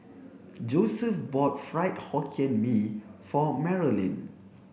Joeseph bought fried hokkien mee for Marilynn